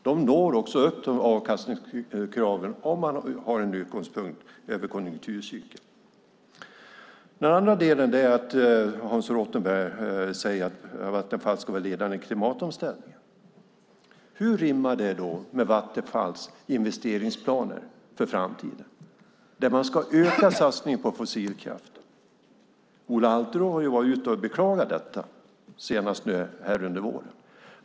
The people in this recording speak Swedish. De når också upp till avkastningskraven om man har en konjunkturcykel som utgångspunkt. Hans Rothenberg säger att Vattenfall ska vara ledande i klimatomställningen. Hur rimmar det med Vattenfalls investeringsplaner för framtiden? Man ska öka satsningen på fossilkraft. Ola Alterå har beklagat detta senast nu under våren.